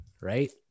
Right